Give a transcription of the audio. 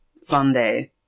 Sunday